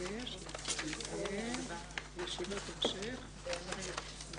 הישיבה ננעלה בשעה 12:05.